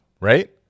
Right